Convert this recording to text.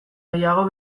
gehiago